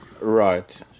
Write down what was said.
Right